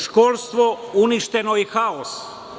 Školstvo uništeno i haos.